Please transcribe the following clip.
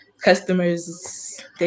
customers